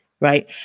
right